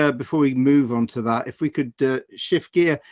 ah before we move on to that, if we could shift gear.